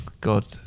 God